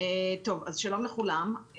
שלום לכולם,